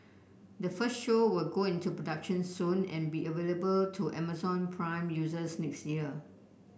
the first show will go into production soon and be available to Amazon Prime users next year